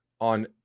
on